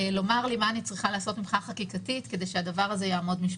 לומר לי מה אני צריכה לעשות מבחינה חקיקתית כדי שהדבר הזה יעמוד משפטית.